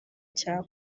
cya